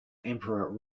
emperor